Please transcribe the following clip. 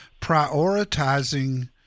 prioritizing